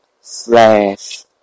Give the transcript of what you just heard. slash